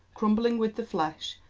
crumbling with the flesh,